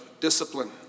discipline